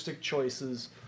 choices